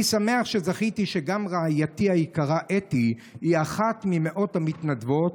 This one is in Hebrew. אני שמח שזכיתי שגם רעייתי היקרה אתי היא אחת ממאות המתנדבות,